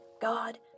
God